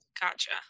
Gotcha